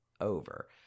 over